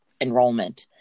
enrollment